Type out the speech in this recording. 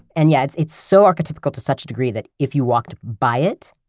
and, yeah, it's it's so archetypical to such a degree that if you walked by it,